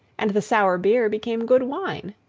and the sour beer became good wine.